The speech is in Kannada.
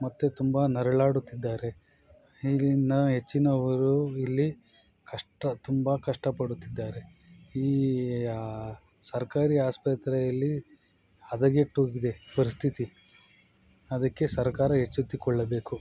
ಮತ್ತು ತುಂಬ ನರಳಾಡುತ್ತಿದ್ದಾರೆ ಇಲ್ಲಿನ ಹೆಚ್ಚಿನವರು ಇಲ್ಲಿ ಕಷ್ಟ ತುಂಬ ಕಷ್ಟಪಡುತ್ತಿದ್ದಾರೆ ಈ ಸರ್ಕಾರಿ ಆಸ್ಪತ್ರೆಯಲ್ಲಿ ಹದಗೆಟ್ಟು ಹೋಗಿದೆ ಪರಿಸ್ಥಿತಿ ಅದಕ್ಕೆ ಸರ್ಕಾರ ಎಚ್ಚೆತ್ತುಕೊಳ್ಳಬೇಕು